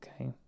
Okay